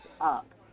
up